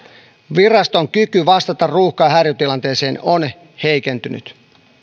viraston kyky vastata ruuhka ja häiriötilanteeseen on heikentynyt